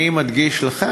אני מדגיש לכם,